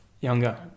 Younger